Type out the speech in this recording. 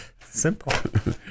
Simple